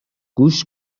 گوش